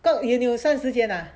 got 你你有算时间 ah